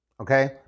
okay